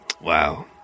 Wow